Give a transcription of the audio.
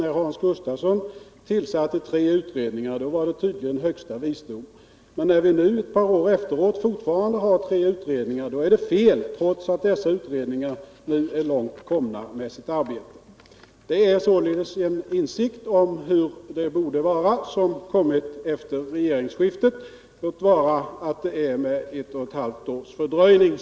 När Hans Gustafsson tillsatte de tre utredningarna var det tydligen högsta visdom. Men när vi nu ett par år efteråt fortfarande har tre utredningar, är det fel trots att dessa utredningar är långt komna med sitt arbete. En insikt om hur det borde vara har således kommit efter regeringsskiftet, låt vara att denna insikt har mognat fram med ett och ett halvt års fördröjning.